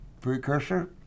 precursor